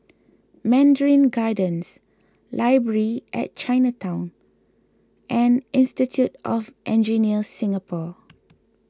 Mandarin Gardens Library at Chinatown and Institute of Engineers Singapore